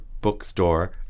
bookstore